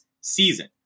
season